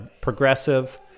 progressive